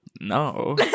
no